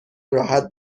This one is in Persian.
راحت